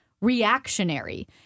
reactionary